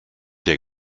der